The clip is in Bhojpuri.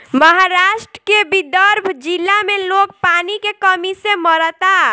महाराष्ट्र के विदर्भ जिला में लोग पानी के कमी से मरता